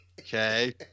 Okay